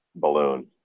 balloon